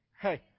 Hey